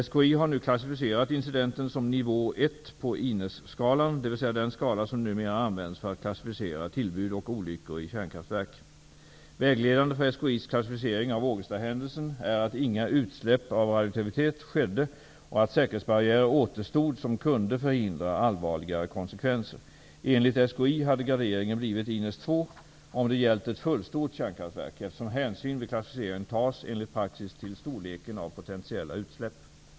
SKI har nu klassificerat incidenten som nivå 1 på INES-skalan, dvs. den skala som numera används för att klassificera tillbud och olyckor i kärnkraftverk. Vägledande för SKI:s klassificering av Ågestahändelsen är att inga utsläpp av radioaktivitet skedde och att säkerhetsbarriärer återstod som kunde förhindra allvarligare konsekvenser. Enligt SKI hade graderingen blivit INES 2 om det gällt ett fullstort kärnkraftverk, eftersom hänsyn vid klassificeringen tas, enligt praxis, till storleken av potentiella utsläpp.